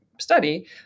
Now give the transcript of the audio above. study